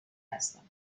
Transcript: هستند